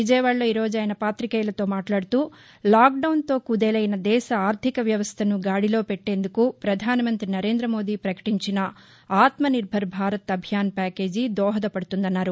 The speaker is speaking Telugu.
విజయవాడలో ఈరోజు ఆయన పాతికేయులతో మాట్లాడుతూ లాక్ డౌన్తో కుదేలైన దేశ ఆర్థిక వ్యవస్థను గాడిలో పెట్టేందుకు ప్రధాన మంతి నరేంద్ర మోదీ ప్రకటించిన ఆత్మ నిర్బర్ భారత్ అభియాన్ ప్యాకేజీ దోహదపడుతుందన్నారు